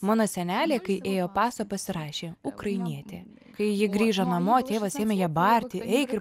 mano senelė kai ėjo pasą pasirašė ukrainietė kai ji grįžo namo tėvas ėmė ją barti eik ir